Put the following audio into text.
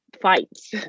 fights